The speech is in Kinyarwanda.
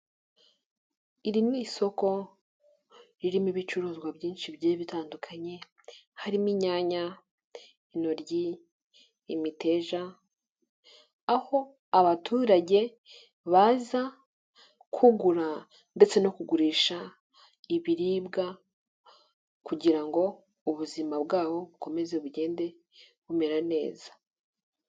Iri ni isoko ririmo ibicuruzwa byinshi bigiye bitandukanye, harimo inyanya, intoryi, imiteja, aho abaturage baza kugura ndetse no kugurisha ibiribwa kugira ngo ubuzima bwabo bukomeze bugende bumera neza.